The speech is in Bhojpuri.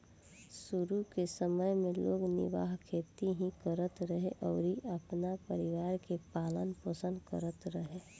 शुरू के समय में लोग निर्वाह खेती ही करत रहे अउरी अपना परिवार के पालन पोषण करत रहले